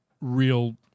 real